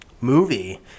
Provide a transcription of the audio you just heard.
movie